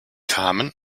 kamen